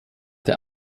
der